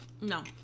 No